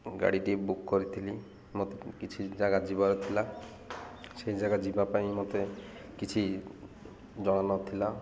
ଗାଡ଼ିଟି ବୁକ୍ କରିଥିଲି ମୋତେ କିଛି ଜାଗା ଯିବାର ଥିଲା ସେଇ ଜାଗା ଯିବା ପାଇଁ ମୋତେ କିଛି ଜଣା ନଥିଲା